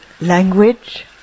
language